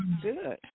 Good